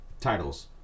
titles